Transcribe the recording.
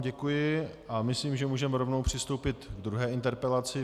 Děkuji vám a myslím, že můžeme rovnou přistoupit k druhé interpelaci.